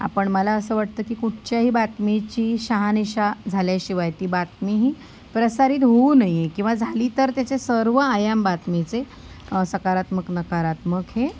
आपण मला असं वाटतं की कुठच्याही बातमीची शहानिशा झाल्याशिवाय ती बातमी ही प्रसारित होऊ नये किंवा झाली तर त्याचे सर्व आयाम बातमीचे सकारात्मक नकारात्मक हे